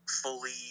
fully